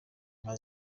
nka